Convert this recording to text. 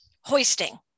hoisting